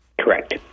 Correct